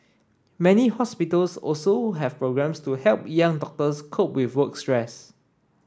many hospitals also have programmes to help young doctors cope with work stress